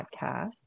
podcast